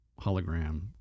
hologram